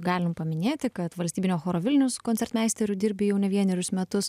galim paminėti kad valstybinio choro vilnius koncertmeisteriu dirbi jau ne vienerius metus